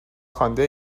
خوانده